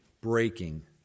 breaking